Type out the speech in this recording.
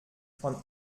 von